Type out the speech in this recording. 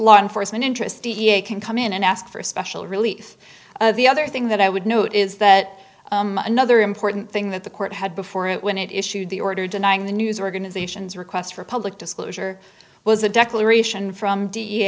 law enforcement interests d n a can come in and ask for a special release the other thing that i would note is that another important thing that the court had before it when it issued the order denying the news organizations requests for public disclosure was a declaration from d